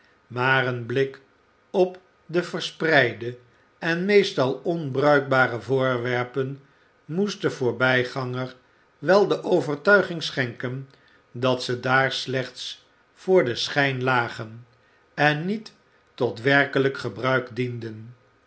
maar een b ik op de verspreide en meestal onbruikbare voorwerpen moest den voorbijganger wel de overtuiging schenken dat ze daar slechts voor den schijn lagen en niet tot werkelijk gebruik dienden